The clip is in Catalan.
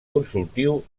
consultiu